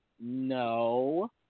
No